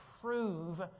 prove